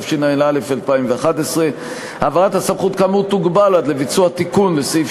התשע"א 2011. העברת הסמכות כאמור תוגבל עד לביצוע תיקון לסעיף